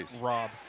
Rob